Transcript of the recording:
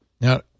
now